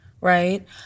Right